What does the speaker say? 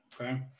okay